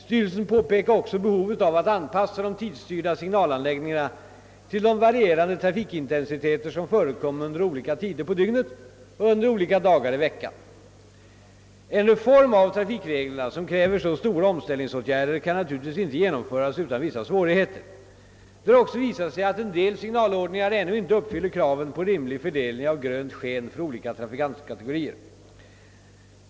Styrelsen påpekade också behovet av att anpassa de tidsstyrda signalanläggningarna till de varierande trafikintensiteter som förekommer under olika tider på dygnet och under olika dagar i veckan. En reform av trafikreglerna, som kräver så stora omställningsåtgärder, kan naturligtvis inte genomföras utan vissa svårigheter. Det har också visat sig att en del signalanordningar ännu inte uppfyller kraven på rimlig fördelning av grönt sken för olika trafikantkategorier.